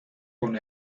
con